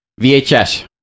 VHS